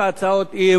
כפי שאמרתי,